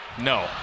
No